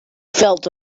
felt